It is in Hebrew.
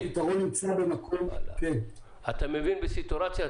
אתה מבין בסטורציה?